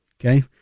Okay